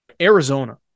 Arizona